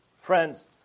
Friends